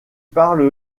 parle